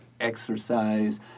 exercise